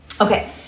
Okay